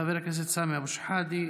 חבר הכנסת סמי אבו שחאדה,